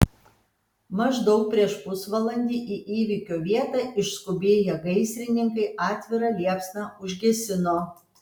maždaug prieš pusvalandį į įvykio vietą išskubėję gaisrininkai atvirą liepsną užgesino